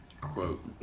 quote